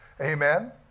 Amen